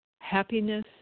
Happiness